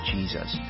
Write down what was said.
Jesus